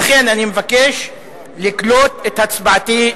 לכן אני מבקש לקלוט את הצבעתי,